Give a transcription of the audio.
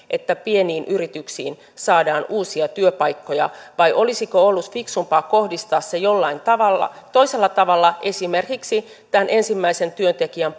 että pieniin yrityksiin saadaan uusia työpaikkoja vai olisiko ollut fiksumpaa kohdistaa se jollain toisella tavalla esimerkiksi tämän ensimmäisen työntekijän